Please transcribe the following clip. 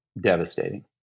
devastating